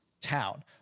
town